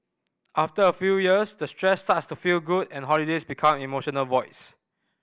after a few years the stress starts to feel good and holidays become emotional voids